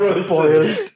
spoiled